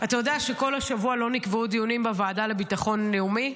אתה יודע שכל השבוע לא נקבעו דיונים בוועדה לביטחון לאומי?